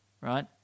right